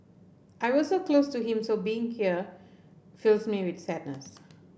I was so close to him so being here fills me with sadness